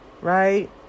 right